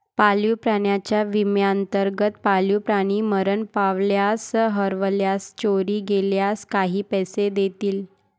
पाळीव प्राण्यांच्या विम्याअंतर्गत, पाळीव प्राणी मरण पावल्यास, हरवल्यास, चोरी गेल्यास काही पैसे देतील